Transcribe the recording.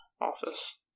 office